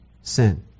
sin